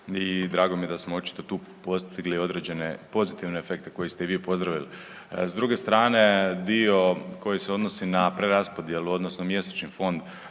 i drago mi je da smo očito tu postigli određene pozitivne efekte koji ste i vi pozdravili. S druge strane, dio koji se odnosi na preraspodjelu odnosno mjesečni fond